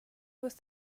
with